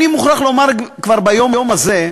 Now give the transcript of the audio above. אני מוכרח לומר, כבר ביום הזה,